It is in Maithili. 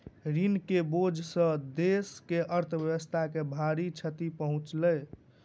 ऋण के बोझ सॅ देस के अर्थव्यवस्था के भारी क्षति पहुँचलै